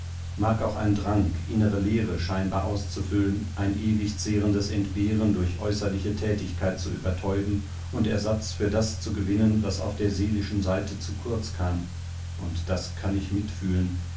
mag auch ein drang innere leere scheinbar auszufüllen ein ewig zehrendes entbehren durch äußerliche tätigkeit zu übertäuben und ersatz für das zu gewinnen was auf der seelischen seite zu kurz kam und das kann ich mitfühlen